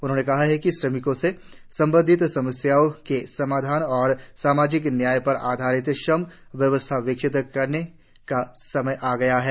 उन्होंने कहा कि श्रमिकों से संबंधित समस्याओं के समाधान और सामाजिक न्याय पर आधारित श्रम व्यवस्था विकसित करने का समय आ गया है